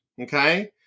Okay